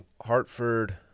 Hartford